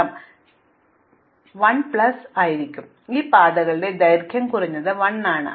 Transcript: അതിനാൽ ഞാൻ 1 പ്ലസ് അത് ചെയ്യണം അതിനാൽ ഈ പാതകളുടെ ദൈർഘ്യം കുറഞ്ഞത് 1 ആണ്